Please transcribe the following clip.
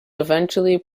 eventually